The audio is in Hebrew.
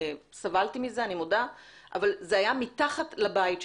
סבלתי מזה אבל זה היה מתחת לבית שלי.